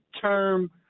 term